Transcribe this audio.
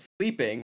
sleeping